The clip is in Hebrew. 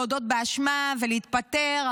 להודות באשמה ולהתפטר,